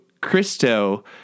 Christo